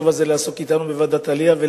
לעסוק אתנו בוועדת העלייה בנושא החשוב הזה